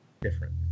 different